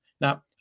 Now